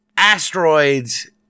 asteroids